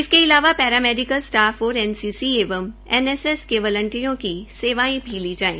इसके अलावा paramedical staff और एनसीसी और एनएसएस के वलंटियरों की सेवायें भी ली जाये